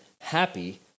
happy